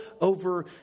over